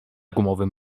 gumowym